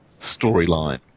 storyline